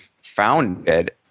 founded